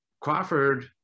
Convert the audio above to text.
Crawford